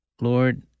Lord